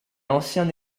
ancien